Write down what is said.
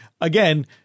Again